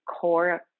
core